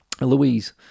Louise